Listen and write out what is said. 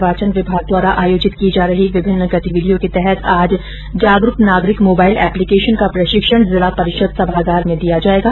निर्वाचन विभाग द्वारा आयोजित की जा रही विभिन्न गतिविधियों के तहत आज जागरूक नागरिक मोबाईल एप्लीकेशन का प्रशिक्षण जिला परिषद सभागार में दिया जायेगा